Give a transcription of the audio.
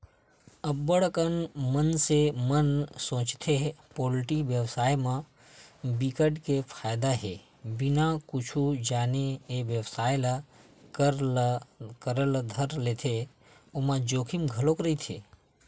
अब्ब्ड़ अकन मनसे मन सोचथे पोल्टी बेवसाय म बिकट के फायदा हे बिना कुछु जाने ए बेवसाय ल करे ल धर लेथे ओमा जोखिम घलोक रहिथे